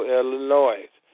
Illinois